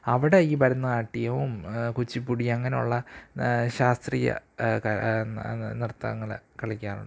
അവിടെ ഈ ഭരതനാട്യവും കുച്ചിപ്പുടി അങ്ങനെയുള്ള ശാസ്ത്രീയ നൃത്തങ്ങൾ കളിക്കാറുണ്ട്